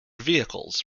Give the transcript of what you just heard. vehicles